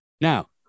Now